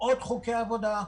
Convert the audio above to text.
עוד חוקי עבודה,